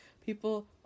People